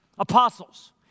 apostles